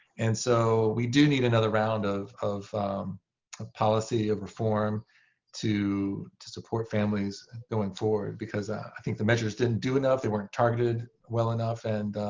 and so we do need another round of of a policy, of reform to to support families going forward. because i think the measures didn't do enough. they weren't targeted well enough. and